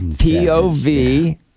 P-O-V